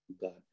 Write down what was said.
God